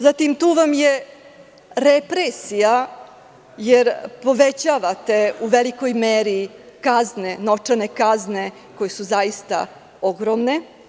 Zatim, tu vam je represija, jer povećavate u velikoj meri novčane kazne koje su zaista ogromne.